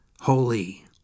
Holy